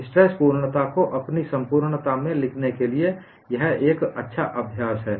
stress पूर्णता को अपनी संपूर्णता में लिखने के लिए यह एक अच्छा अभ्यास है